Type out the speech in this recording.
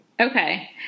Okay